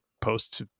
posts